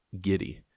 giddy